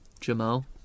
Jamal